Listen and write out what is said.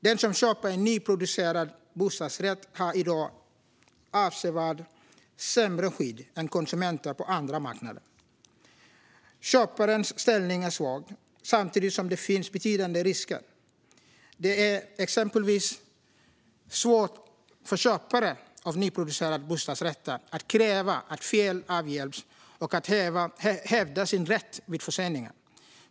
Den som köper en nyproducerad bostadsrätt har i dag avsevärt sämre skydd än konsumenter på andra marknader. Köparens ställning är svag samtidigt som det finns betydande risker. Det är exempelvis svårt för köpare av nyproducerade bostadsrätter att kräva att fel avhjälps och att hävda sin rätt vid förseningar.